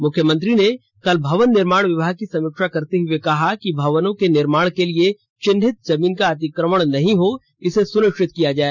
मुख्यमंत्री ने कल भवन निर्माण विभाग की समीक्षा करते हुए कहा कि भवनों के निर्माण के लिए चिन्हित जमीन का अतिक्रमण नहीं हो इसे सुनिश्चित किया जाए